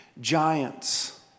Giants